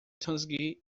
tuskegee